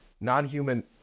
non-human